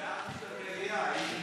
סבאח א-נור.